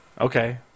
Okay